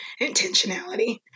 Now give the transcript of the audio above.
intentionality